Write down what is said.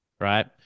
right